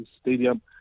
stadium